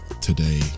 today